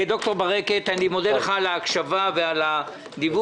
ד"ר ברקת, אני מודה לך על ההקשבה ועל הדיווח.